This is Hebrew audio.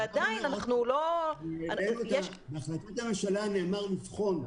ועדיין אנחנו לא --- בהחלטת הממשלה נאמר לבחון,